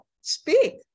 speak